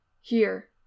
Here